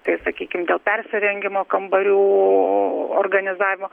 tai sakykime dėl persirengimo kambarių organizavimo